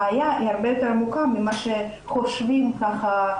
הבעיה היא הרבה יותר עמוקה ממה שחושבים הרוב,